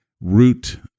root